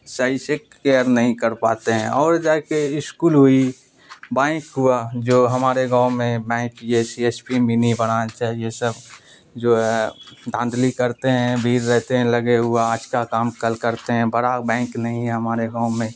صحیح سے کیئر نہیں کر پاتے ہیں اور جا کے اشکول ہوئی بینک ہوا جو ہمارے گاؤں میں بینک یہ S S P mini branch ہے یہ سب جو ہے دھاندلی کرتے ہیں بھیر رہتے ہیں لگے ہوا آج کا کام کل کرتے ہیں بڑا بینک نہیں ہے ہمارے گاؤں میں